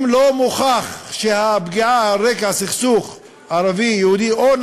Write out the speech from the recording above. אם לא מוכח שהפגיעה היא על רקע סכסוך ערבי יהודי או שהיא